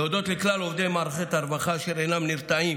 להודות לכלל עובדי מערכת הרווחה, אשר אינם נרתעים